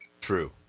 True